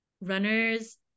runners